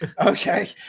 Okay